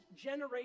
generation